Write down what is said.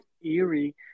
eerie